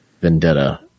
vendetta